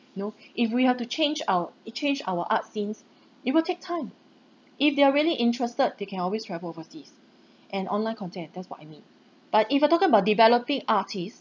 know if we have to change our if change our art scenes it will take time if they're really interested they can always travel overseas and online content that's what I mean but if you're talking about developing artist